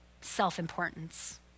self-importance